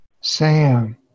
Sam